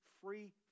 free